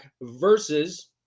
versus